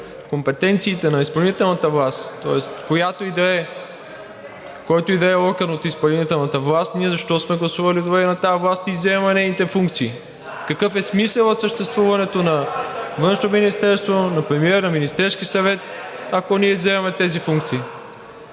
компетенциите на изпълнителната власт, тоест, който и да е орган от изпълнителната власт, ние защо сме гласували доверие на тази власт и изземваме нейните функции? (Шум и реплики.) Какъв е смисълът от съществуването на Външно министерство, на премиер, на Министерски съвет, ако ние изземваме тези функции?